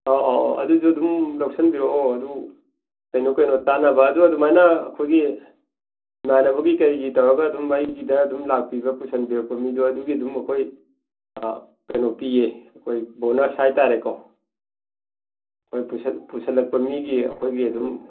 ꯑꯣ ꯑꯣ ꯑꯣ ꯑꯗꯨꯁꯨ ꯑꯗꯨꯝ ꯂꯧꯁꯟꯕꯤꯔꯛꯑꯣ ꯑꯗꯨ ꯀꯩꯅꯣ ꯀꯩꯅꯣ ꯇꯥꯅꯕ ꯑꯗꯨ ꯑꯗꯨꯃꯥꯏꯅ ꯑꯩꯈꯣꯏꯒꯤ ꯏꯃꯥꯟꯅꯕꯒꯤ ꯀꯔꯤꯒꯤ ꯇꯧꯔꯒ ꯑꯗꯨꯝ ꯑꯩꯒꯤꯗ ꯑꯗꯨꯝ ꯂꯥꯛꯄꯤꯕ ꯄꯨꯁꯟꯕꯤꯔꯛꯄ ꯃꯤꯗꯣ ꯑꯗꯨꯒꯤ ꯑꯗꯨꯝ ꯑꯩꯈꯣꯏ ꯀꯩꯅꯣ ꯄꯤꯌꯦ ꯑꯩꯈꯣꯏ ꯕꯣꯅꯁ ꯍꯥꯏꯇꯥꯔꯦꯀꯣ ꯑꯩꯈꯣꯏ ꯄꯨꯁꯜꯂꯛꯄ ꯃꯤꯒꯤ ꯑꯩꯈꯣꯏꯒꯤ ꯑꯗꯨꯝ